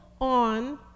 on